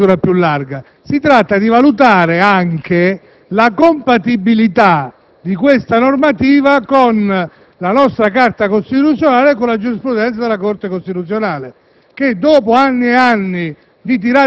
trovarci consenzienti anche in misura più larga -; si tratta di valutare anche la compatibilità di questa normativa con la nostra Carta costituzionale e con la giurisprudenza della Corte costituzionale.